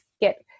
get